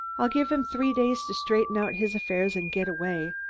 i'll give him three days to straighten out his affairs and get away.